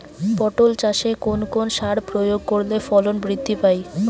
পটল চাষে কোন কোন সার প্রয়োগ করলে ফলন বৃদ্ধি পায়?